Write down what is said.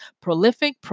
prolific